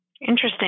Interesting